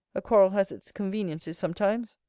a quarrel has its conveniencies sometimes.